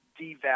devalue